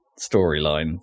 storyline